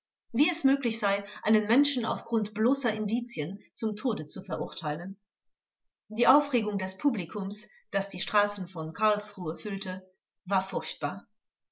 wie es möglich sei einen menschen auf grund bloßer indizien zum tode zu verurteilen die aufregung des publikums das die straßen von karlsruhe ruhe füllte war furchtbar